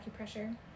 acupressure